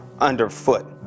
underfoot